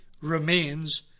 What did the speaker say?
remains